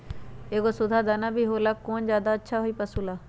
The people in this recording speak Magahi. एगो सुधा दाना भी होला कौन ज्यादा अच्छा होई पशु ला?